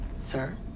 Sir